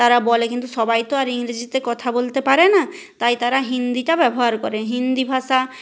তারা বলে কিন্তু সবাই তো আর ইংরেজিতে কথা বলতে পারে না তাই তারা হিন্দিটা ব্যবহার করে হিন্দি ভাষা